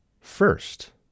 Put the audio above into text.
first